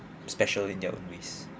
special in their own ways